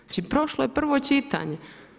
Znači prošlo je prvo čitanje.